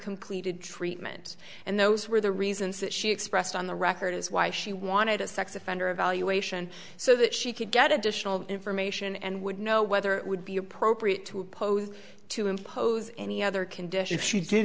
completed treatment and those were the reasons that she expressed on the record as why she wanted a sex offender evaluation so that she could get additional information and would know whether it would be appropriate to pose to impose any other conditions she did